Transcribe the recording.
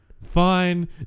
fine